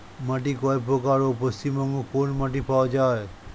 মাটি কয় প্রকার ও পশ্চিমবঙ্গ কোন মাটি পাওয়া য়ায়?